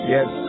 Yes